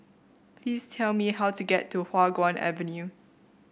please tell me how to get to Hua Guan Avenue